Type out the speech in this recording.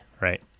right